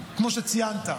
כמו שציינת,